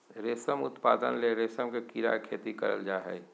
रेशम उत्पादन ले रेशम के कीड़ा के खेती करल जा हइ